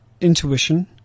intuition